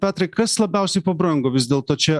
petrai kas labiausiai pabrango vis dėlto čia